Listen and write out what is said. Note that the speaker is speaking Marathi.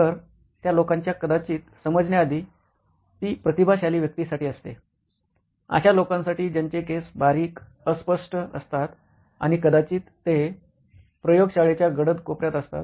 तर त्या लोकांच्या कदाचित समजण्या आधी ती प्रतिभाशाली व्यक्तीसाठी असते अशा लोकांसाठी ज्यांचे केस बारिक अस्पष्ट असतात आणि कदाचित ते प्रयोग शाळेच्या गडद कोपऱ्यात असतात